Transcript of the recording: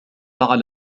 على